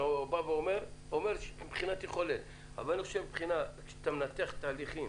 אבל מבחינת ניתוח תהליכים,